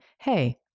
hey